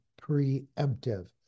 preemptive